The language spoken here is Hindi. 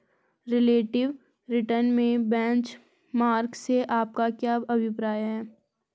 रिलेटिव रिटर्न में बेंचमार्क से आपका क्या अभिप्राय है?